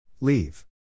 Leave